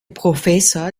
professor